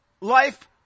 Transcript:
life